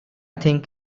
think